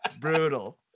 brutal